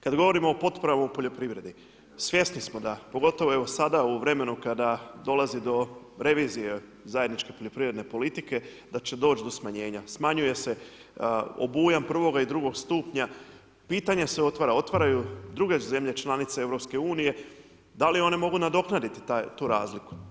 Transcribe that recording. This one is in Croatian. Kada govorimo o potporama u poljoprivredi, svjesni smo da, pogotovo evo sada u vremenu kada dolazi do revizije zajedničke poljoprivredne politike da će doći do smanjenja, smanjuje se obujam prvoga i drugoga stupnja, pitanja se otvaraju, otvaraju druge zemlje članice EU, da li one mogu nadoknaditi tu razliku.